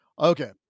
Okay